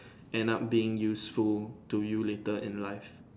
end up being useful to you later in life